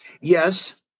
yes